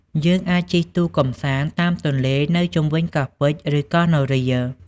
យើងអាចជិះទូកកម្សាន្តតាមទន្លេនៅជុំវិញកោះពេជ្រ ឬកោះនរា។